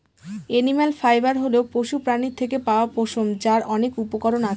animal fibre হল পশুপ্রাণীর থেকে পাওয়া পশম, যার অনেক উপকরণ আছে